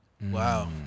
Wow